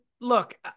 look